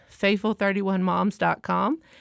faithful31moms.com